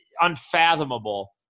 unfathomable